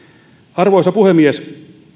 arvoisa puhemies